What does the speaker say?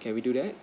can we do that